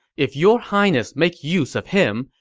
if your highness make use of him,